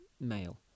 male